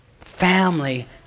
family